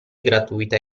gratuita